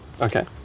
Okay